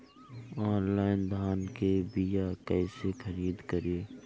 Online धान के बीया कइसे खरीद करी?